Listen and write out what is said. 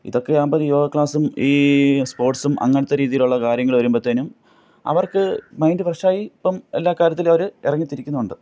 ഇതൊക്കെയാവുമ്പം യോഗ ക്ലാസ്സും ഈ സ്പോർട്സും അങ്ങനത്തെ രീതിയിലുള്ള കാര്യങ്ങൾ വരുമ്പോഴത്തേക്കും അവർക്ക് മൈൻ്റ് ഫ്രഷായി ഇപ്പം എല്ലാ കാര്യത്തിലും അവർ ഇറങ്ങിത്തിരിക്കുന്നുമുണ്ട്